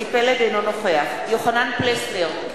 אינו נוכח יוחנן פלסנר,